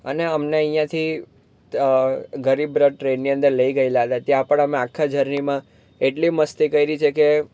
અને અમને અહીંયાંથી ગરીબરથ ટ્રેનની અંદર લઈ ગએલા હતા ત્યાં પણ અમે આખા જર્નીમાં એટલી મસ્તી કરી છે કે